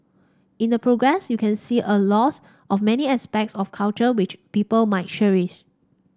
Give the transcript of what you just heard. in the progress you can see a loss of many aspects of culture which people might cherish